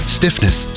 stiffness